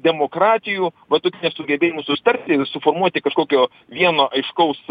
demokratijų va tokiu nesugebėjimu susitarti ir suformuoti kažkokio vieno aiškaus